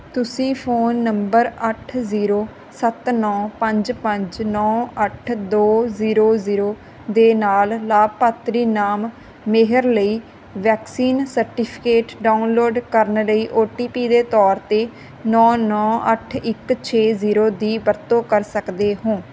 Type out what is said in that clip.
ਤੁਸੀਂ phone number ਅੱਠ zero ਸੱਤ ਨੌਂ ਪੰਜ ਪੰਜ ਨੌਂ ਅੱਠ ਦੋ ਜ਼ੀਰੋ ਜ਼ੀਰੋ ਦੇ ਨਾਲ ਲਾਭਪਾਤਰੀ ਨਾਮ ਮੇਹਰ ਲਈ ਵੈਕਸੀਨ ਸਰਟੀਫਿਕੇਟ ਡਾਊਨਲੋਡ ਕਰਨ ਲਈ ਔ ਟੀ ਪੀ ਦੇ ਤੌਰ 'ਤੇ ਨੌਂ ਨੌਂ ਅੱਠ ਇੱਕ ਛੇ ਜ਼ੀਰੋ ਦੀ ਵਰਤੋਂ ਕਰ ਸਕਦੇ ਹੋ